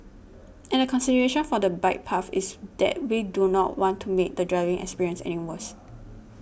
and the consideration for the bike path is that we do not want to make the driving experience any worse